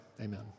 Amen